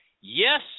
yes